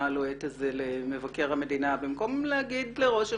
הלוהט הזה למבקר המדינה במקום להגיד לראש הממשלה,